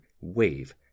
wave